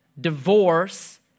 divorce